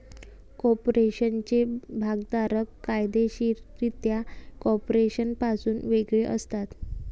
कॉर्पोरेशनचे भागधारक कायदेशीररित्या कॉर्पोरेशनपासून वेगळे असतात